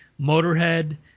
Motorhead